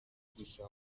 gusa